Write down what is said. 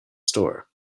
store